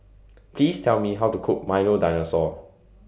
Please Tell Me How to Cook Milo Dinosaur